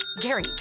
gary